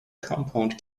compound